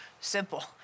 simple